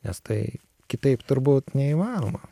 nes tai kitaip turbūt neįmanoma